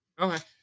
Okay